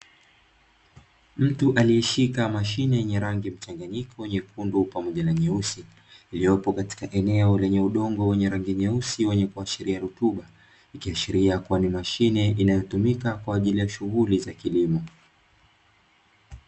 Mtu aliyeshika mashine yenye rangi mchanganyiko nyekundu pamoja na nyeusi iliyopo katika eneo lenye udongo wenye rangi nyeusi, wenye kiashiria rutuba ikiashiria kuwa ni mashine inayotumika kwaajili ya shughuli za kilimo.